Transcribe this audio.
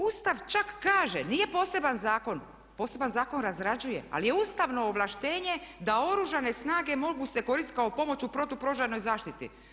Ustav čak kaže nije poseban zakon, poseban zakon razrađuje ali je ustavno ovlaštenje da Oružane snage mogu se koristiti kao pomoć u protupožarnoj zaštiti.